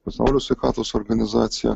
pasaulio sveikatos organizacija